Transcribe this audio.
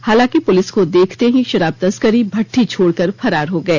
हालांकि प्रलिस को देखते ही शराब तस्कर भट्टी छोड़कर फरार हो गए